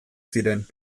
ziren